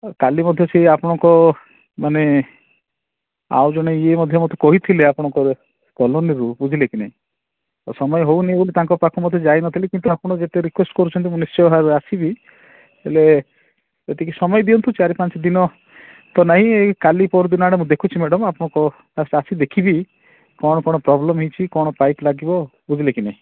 ହଁ କାଲି ମଧ୍ୟ ସେଇ ଆପଣଙ୍କ ମାନେ ଆଉ ଜଣେ ଇଏ ମଧ୍ୟ ମୋତେ କହିଥିଲେ ଆପଣଙ୍କ କଲୋନୀରୁ ବୁଝିଲେ କି ନାହିଁ ମୋତେ ସମୟ ହଉ ନାହିଁ ବୋଲି ତାଙ୍କ ପାଖକୁ ମଧ୍ୟ ଯାଇନଥିଲି କିନ୍ତୁ ଆପଣ ଯେତେ ରିକ୍ୱେଷ୍ଟ କରୁଛନ୍ତି ମୁଁ ନିଶ୍ଚୟ ଭାବେ ଆସିବି ହେଲେ ଏତିକି ସମୟ ଦିଅନ୍ତୁ ଚାରି ପାଞ୍ଚ ଦିନ ତ ନାହିଁ ଏଇ କାଲି ପହରଦିନ ଆଡ଼େ ମୁଁ ଦେଖୁଛି ମ୍ୟାଡ଼ାମ୍ ଆପଣଙ୍କୁ ଫାର୍ଷ୍ଟ ଆସି ଦେଖିଯିବି କ'ଣ କ'ଣ ପ୍ରୋବ୍ଲେମ୍ ହେଇଛି କ'ଣ ପାଇପ୍ ଲାଗିବ ବୁଝିଲେ କି ନାହିଁ